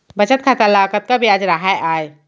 बचत खाता ल कतका ब्याज राहय आय?